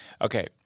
okay